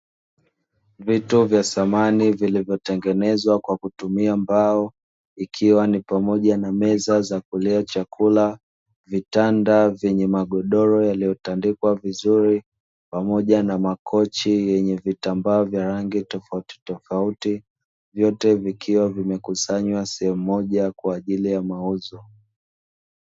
Vitu vya samani vilivyotengenezwa kwa kutumia mbao, ikiwa ni pamoja na meza za kulia chakula, vitanda vyenye magodoro yaliyotandikwa vizuri, pamoja na makochi yenye vitambaa vya rangi tofautitofauti, vyote vikiwa vimekusanywa sehemu moja kwa ajili ya mauzo.